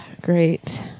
Great